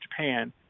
Japan